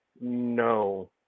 No